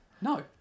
No